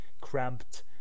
cramped